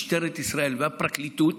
משטרת ישראל והפרקליטות